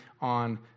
on